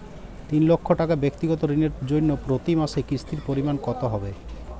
তিন লক্ষ টাকা ব্যাক্তিগত ঋণের জন্য প্রতি মাসে কিস্তির পরিমাণ কত হবে?